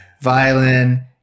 violin